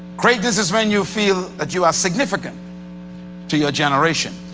greatness is when you feel that you are significant to your generation.